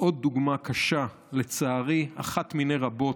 עוד דוגמה קשה, לצערי, אחת מיני רבות,